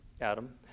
Adam